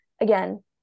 again